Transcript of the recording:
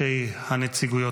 שמייד